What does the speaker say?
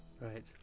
Right